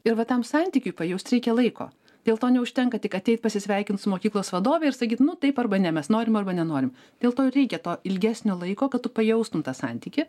ir va tam santykiui pajaust reikia laiko dėl to neužtenka tik ateit pasisveikint su mokyklos vadove ir sakyt nu taip arba ne mes norim arba nenorim dėl to ir reikia to ilgesnio laiko kad tu pajaustum tą santykį